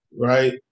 Right